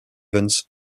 stevens